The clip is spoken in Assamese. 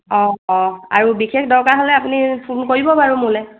অঁ অঁ আৰু বিশেষ দৰকাৰ হ'লে আপুনি ফোন কৰিব বাৰু মোলৈ